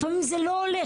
לפעמים זה לא הולך.